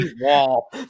wall